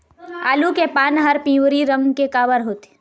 आलू के पान हर पिवरी रंग के काबर होथे?